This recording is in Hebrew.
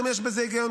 יש בזה גם היגיון,